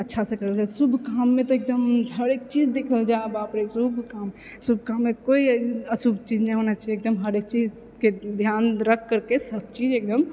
अच्छासँ करू शुभ काममे तऽ एकदम हरेक चीज देखल जा हइ बाप रे शुभ काम शुभ काममे कोइ अशुभ चीज नहि होना चाही एकदम हरेक चीजके धिआन रखि करिके सबचीज एकदम